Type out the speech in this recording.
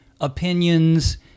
opinions